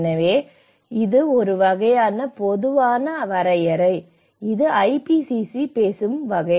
எனவே இது ஒரு வகையான பொதுவான வரையறை இது ஐபிசிசி பேசுகிறது